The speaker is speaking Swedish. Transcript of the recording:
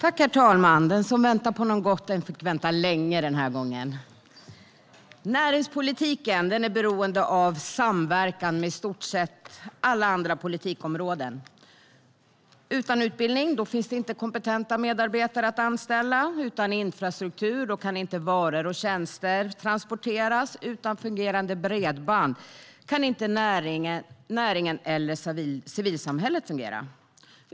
Herr talman! Den som väntar på något gott fick vänta länge denna gång. Näringspolitiken är beroende av samverkan med i stort sett alla andra politikområden. Utan utbildning finns det inte kompetenta medarbetare att anställa, utan infrastruktur kan varor och tjänster inte transporteras och utan fungerande bredband kan inte näringen eller civilsamhället fungera.